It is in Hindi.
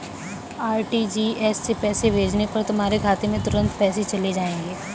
आर.टी.जी.एस से पैसे भेजने पर तुम्हारे खाते में तुरंत पैसे चले जाएंगे